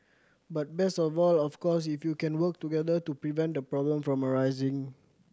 but best of all of course if you can work together to prevent the problem from arising